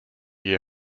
year